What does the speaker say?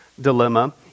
dilemma